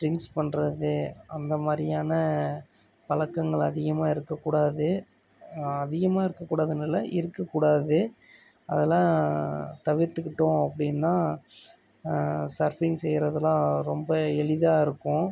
drinks பண்ணுறது அந்த மாதிரியான பழக்கங்கள் அதிகமாக இருக்கக்கூடாது அதிகமாக இருக்கக்கூடாதுன்னு இல்லை இருக்கக்கூடாது அதெல்லாம் தவிர்த்துக்கிட்டோம் அப்படின்னா சர்ஃபிங் செய்யறதுல்லாம் ரொம்ப எளிதாக இருக்கும்